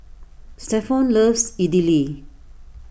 Stephon loves Idili